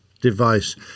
Device